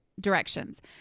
Directions